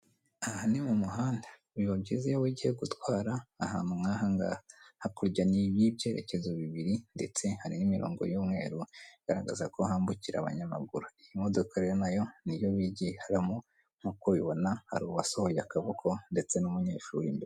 Aha ni mumuhanda, biba byiza iyo wigiye gutwara ahantu nk'aha ngaha, kakurya ni iy'ibyerekezo bibiri ndetse hari n'imironko y'umweru, igaragaza ko hambukira abanyamaguru, iyi modoka nayo rero ni iyo bihiramo nk'uko ubibona hari uwasohoye akaboko ndetse n'umunyeshuri imbere.